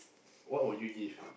what would you give